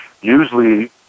Usually